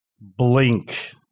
Blink